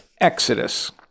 Exodus